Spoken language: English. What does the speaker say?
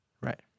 Right